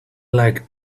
like